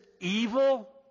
evil